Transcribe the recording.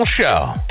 show